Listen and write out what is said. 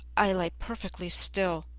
i lay perfectly still